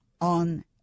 on